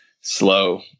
slow